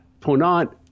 Ponant